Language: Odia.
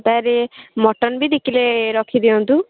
ତା'ହେଲେ ମଟନ ବି ଦୁଇ କିଲୋ ରଖିଦିଅନ୍ତୁ